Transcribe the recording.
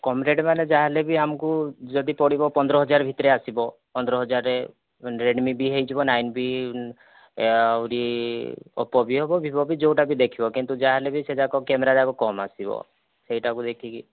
କମ୍ rate ମାନେ ଯାହାହେଲେ ବି ଆମକୁ ଯଦି ପଡ଼ିବ ପନ୍ଦର ହଜାର ଭିତରେ ଆସିବ ପନ୍ଦର ହଜାର ରେଡ଼୍ମି ବି ହୋଇଯିବ ନାଇନ୍ ବି ଆହୁରି ଓପୋ ବି ହେବ ଭିଭୋ ବି ଯେଉଁଟା ବି ଦେଖିବ କିନ୍ତୁ ଯାହାହେଲେ ବି ସେ ଯାକ କ୍ୟାମେରା ଯାକ କମ୍ ଆସିବ ସେଇଟାକୁ ଦେଖିକି